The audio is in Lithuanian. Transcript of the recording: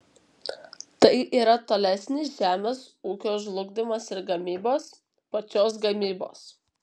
tai yra tolesnis žemės ūkio žlugdymas ir gamybos pačios gamybos